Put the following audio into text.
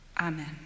amen